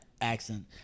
accent